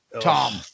Tom